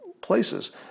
places